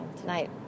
tonight